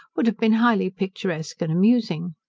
would have been highly picturesque and amusing.